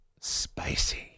spicy